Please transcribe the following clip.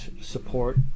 support